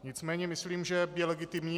Nicméně myslím, že je legitimní.